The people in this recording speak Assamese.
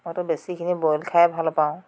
মইতো বেছিখিনি বইল খাই ভাল পাওঁ